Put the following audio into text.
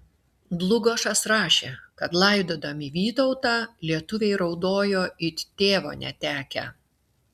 dlugošas rašė kad laidodami vytautą lietuviai raudojo it tėvo netekę